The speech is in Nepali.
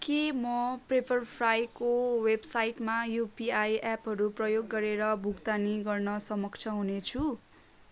के म पेप्परफ्राईको वेबसाइटमा युपिआई एपहरू प्रयोग गरेर भुक्तानी गर्न सक्षम हुनेछु